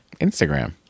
Instagram